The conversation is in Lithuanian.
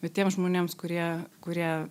bet tiems žmonėms kurie kurie